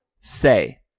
say